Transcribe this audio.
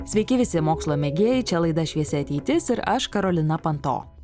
sveiki visi mokslo mėgėjai čia laida šviesi ateitis ir aš karolina panto